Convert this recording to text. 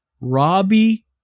Robbie